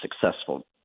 successful